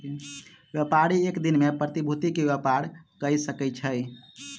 व्यापारी एक दिन में प्रतिभूति के व्यापार कय सकै छै